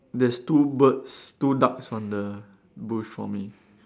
there's two birds two ducks on the bush for me